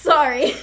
Sorry